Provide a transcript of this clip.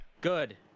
Good